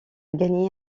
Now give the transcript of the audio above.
gagné